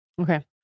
Okay